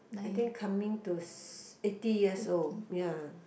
I think coming to s~ eighty years old ya